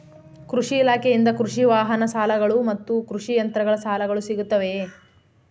ಕೃಷಿ ಇಲಾಖೆಯಿಂದ ಕೃಷಿ ವಾಹನ ಸಾಲಗಳು ಮತ್ತು ಕೃಷಿ ಯಂತ್ರಗಳ ಸಾಲಗಳು ಸಿಗುತ್ತವೆಯೆ?